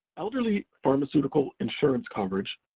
elderly pharmaceutical insurance coverage,